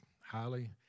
highly